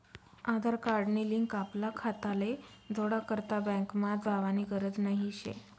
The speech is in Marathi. आधार कार्ड नी लिंक आपला खाताले जोडा करता बँकमा जावानी गरज नही शे